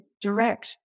direct